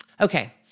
Okay